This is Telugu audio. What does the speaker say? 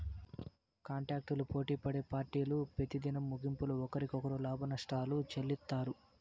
కాంటాక్టులు పోటిపడే పార్టీలు పెతిదినం ముగింపుల ఒకరికొకరు లాభనష్టాలు చెల్లిత్తారు